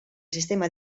sistema